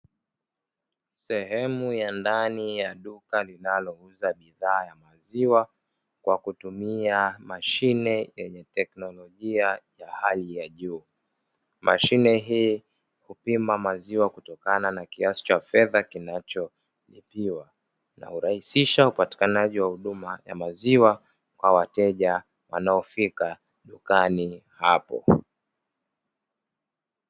Sehemu ya ndani ya duka linalouza bidhaa ya maziwa kwa kutumia mashine yenye teknolojia ya hali ya juu. Mashine hii hupima maziwa kutokana na kiasi cha fedha kinacholipiwa na hurahisisha upatikanaji wa huduma ya maziwa kwa wateja wanaofika dukani hapo.